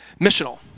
Missional